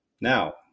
Now